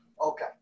Okay